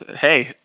Hey